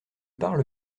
parle